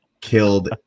killed